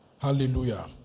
hallelujah